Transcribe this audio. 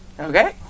Okay